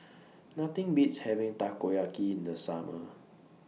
Nothing Beats having Takoyaki in The Summer